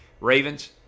Ravens